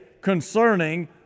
concerning